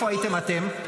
איפה הייתם אתם?